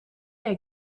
der